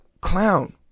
clown